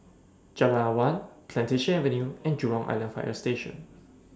Jalan Awan Plantation Avenue and Jurong Island Fire Station